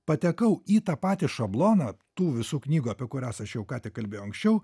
patekau į tą patį šabloną tų visų knygų apie kurias aš jau ką tik kalbėjau anksčiau